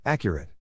Accurate